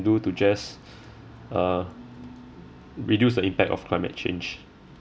do to just uh reduce the impact of climate change